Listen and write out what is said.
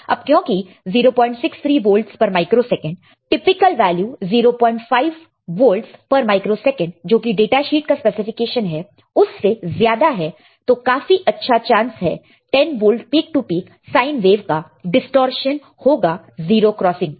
अब क्योंकि 063 वोल्टस पर microsecond typical value 05 volts पर माइक्रो सेकंड जोकि डाटा शीट का स्पेसिफिकेशन है उससे ज्यादा है तो काफी अच्छा चांस है 10 volt peak to peak sine wave का डिस्टॉर्शन होगा जीरो क्रॉसिंग पर